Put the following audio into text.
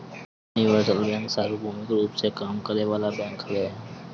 universal bank सार्वभौमिक रूप में काम करे वाला बैंक हवे